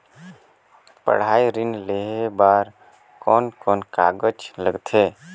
पढ़ाई ऋण लेहे बार कोन कोन कागज लगथे?